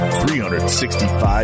365